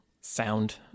sound